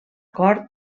cort